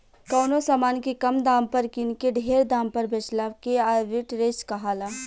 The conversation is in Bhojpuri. कवनो समान के कम दाम पर किन के ढेर दाम पर बेचला के आर्ब्रिट्रेज कहाला